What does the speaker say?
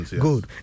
Good